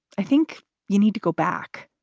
i think you need to go back.